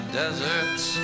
deserts